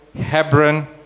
hebron